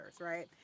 right